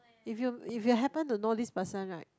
if you if you happen to know this person right